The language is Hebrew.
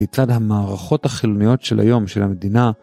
מצד המערכות החילוניות של היום, של המדינה.